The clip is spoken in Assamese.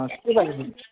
অঁ কি